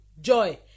Joy